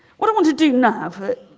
what i want to do now